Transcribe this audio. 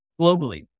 globally